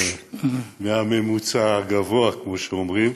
מהממוצע הגבוה, כמו שאומרים.